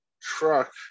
truck